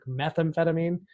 methamphetamine